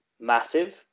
massive